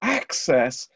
access